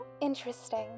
interesting